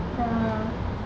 ya